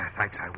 thanks